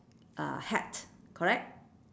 uh hat correct